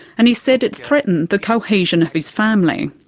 and he said it threatened the cohesion of his family.